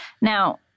Now